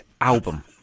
album